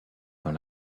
dans